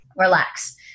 relax